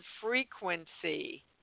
frequency